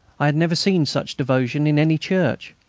i had never seen such devotion in any church.